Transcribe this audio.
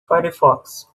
firefox